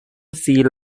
sea